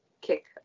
kick